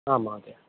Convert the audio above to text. आम् महोदय